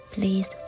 Please